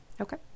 Okay